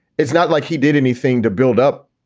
it's not like he did anything to build up,